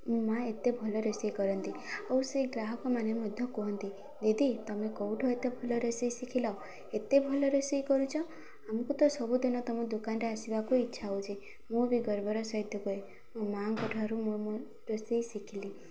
ମୋ ମାଆ ଏତେ ଭଲ ରୋଷେଇ କରନ୍ତି ଆଉ ସେଇ ଗ୍ରାହକମାନେ ମଧ୍ୟ କୁହନ୍ତି ଦିଦି ତୁମେ କେଉଁଠୁ ଏତେ ଭଲ ରୋଷେଇ ଶିଖିଲ ଏତେ ଭଲ ରୋଷେଇ କରୁଛ ଆମକୁ ତ ସବୁଦିନ ତୁମ ଦୋକାନରେ ଆସିବାକୁ ଇଚ୍ଛା ହେଉଛି ମୁଁ ବି ଗର୍ବର ସହିତ କୁହେ ମୋ ମାଆଙ୍କ ଠାରୁ ମୁଁ ରୋଷେଇ ଶିଖିଲି